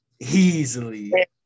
Easily